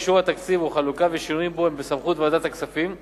אישור התקציב או חלוקה ושינויים בו הם בסמכות ועדת הכספים,